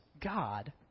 God